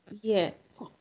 Yes